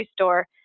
store